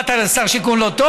מה, אתה שר שיכון לא טוב?